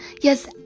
Yes